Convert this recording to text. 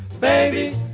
Baby